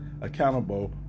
accountable